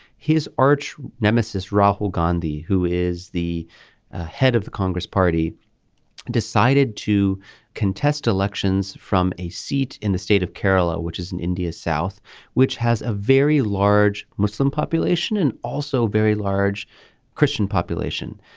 his arch nemesis rahul gandhi who is the ah head of the congress party decided to contest elections from a seat in the state of kerala which is in india's south which has a very large muslim population and also very large christian population.